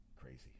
Crazy